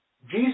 jesus